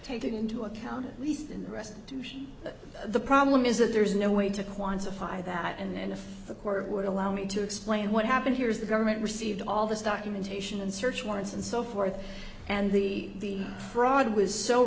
taken into account at least in the rest to show that the problem is that there is no way to quantify that and if the court would allow me to explain what happened here is the government received all this documentation and search warrants and so forth and the fraud was so